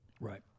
Right